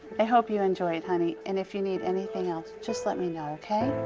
i hope you enjoy it, honey, and if you need anything else, just let me know, okay.